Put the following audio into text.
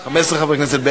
של המשרד.